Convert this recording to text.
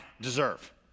deserve